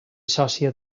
sòcia